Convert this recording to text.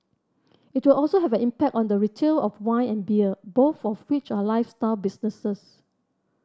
it will also have an impact on the retail of wine and beer both of which are lifestyle businesses